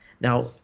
Now